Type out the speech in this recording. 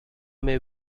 may